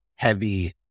heavy